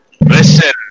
Listen